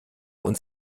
uns